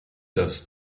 das